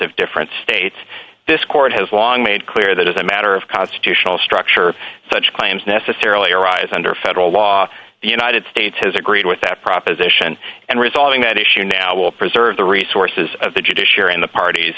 of different states this court has long made clear that as a matter of constitutional structure such claims necessarily arise under federal law the united states has agreed with that proposition and resolving that issue now will preserve the resources of the judiciary in the parties